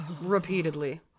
Repeatedly